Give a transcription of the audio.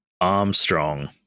Armstrong